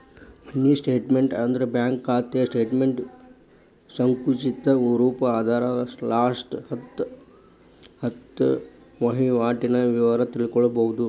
mini statement ಅಂದ್ರ bank ಖಾತೆ ಸ್ಟೇಟಮೆಂಟ್ನ ಸಂಕುಚಿತ ರೂಪ ಅದರಾಗ ಲಾಸ್ಟ ಹತ್ತ ವಹಿವಾಟಿನ ವಿವರ ತಿಳ್ಕೋಬೋದು